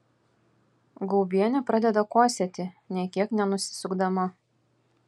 gaubienė pradeda kosėti nė kiek nenusisukdama